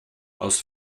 aus